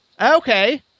Okay